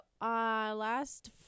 last